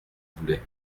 voulait